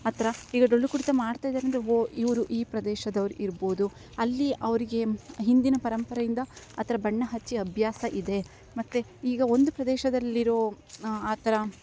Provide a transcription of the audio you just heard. ಆ ಥರ ಈಗ ಡೊಳ್ಳು ಕುಣಿತ ಮಾಡ್ತಾಯಿದ್ದಾರಂದ್ರೆ ಓಹ್ ಇವರು ಈ ಪ್ರದೇಶದವ್ರು ಇರ್ಬೋದು ಅಲ್ಲಿ ಅವರಿಗೆ ಹಿಂದಿನ ಪರಂಪರೆಯಿಂದ ಆ ಥರ ಬಣ್ಣ ಹಚ್ಚಿ ಅಭ್ಯಾಸ ಇದೆ ಮತ್ತು ಈಗ ಒಂದು ಪ್ರದೇಶದಲ್ಲಿರೋ ಆ ಥರ